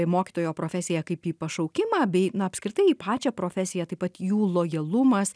mokytojo profesiją kaip į pašaukimą bei na apskritai į pačią profesiją taip pat jų lojalumas